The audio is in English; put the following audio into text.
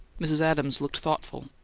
mrs. adams looked thoughtful.